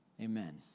Amen